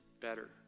better